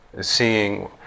seeing